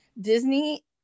Disney